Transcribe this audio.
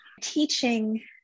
teaching